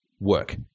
work